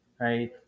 right